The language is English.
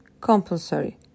compulsory